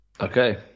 Okay